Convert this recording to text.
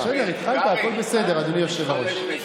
בסדר, התחלת, הכול בסדר, אדוני היושב-ראש.